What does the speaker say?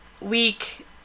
week